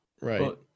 right